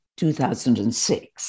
2006